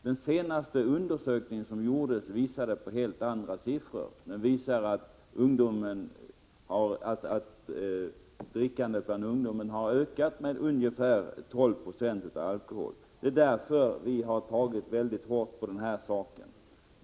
Den senaste undersökning som gjordes visade på helt andra siffror — den visade att alkoholdrickandet bland ungdomen hade ökat med ungefär 12 96. Det är därför vi har tagit väldigt hårt på den här saken.